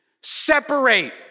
separate